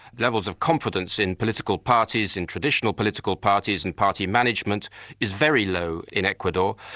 levels of confidence in political parties, in traditional political parties and party management is very low in ecuador.